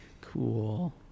Cool